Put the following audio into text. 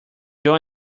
john